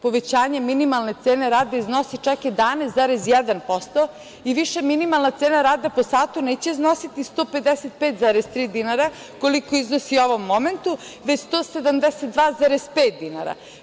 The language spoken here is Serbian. Povećanje minimalne cene rada iznosi čak 11,1% i više minimalna cena rada po satu neće iznositi 155,3 dinara, koliko iznosi u ovom momentu, već 172,5 dinara.